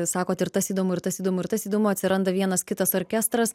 sakot ir tas įdomu ir tas įdomu ir tas įdomu atsiranda vienas kitas orkestras